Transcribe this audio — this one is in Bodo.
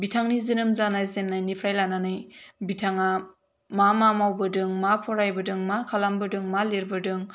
बिथांनि जोनोम जानायजेननायनिफ्राय लानानै बिथाङा मा मा मावबोदों मा फरायबोदों मा खालामबोदों मा लिरबोदों